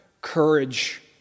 courage